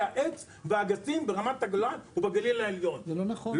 העץ והאגסים ברמת הגולן ובגליל העליון,